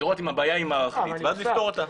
לראות אם הבעיה היא מערכתית ואז לפתור אותה.